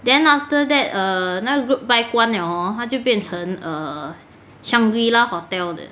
then after that err 那个 group buy 关了 hor 它就变成 err shang-ri la hotel 的